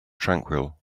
tranquil